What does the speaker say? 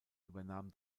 übernahm